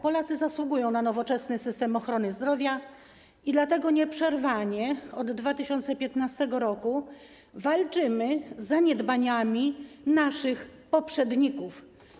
Polacy zasługują na nowoczesny system ochrony zdrowia i dlatego nieprzerwanie od 2015 r. walczymy z zaniedbaniami naszych poprzedników.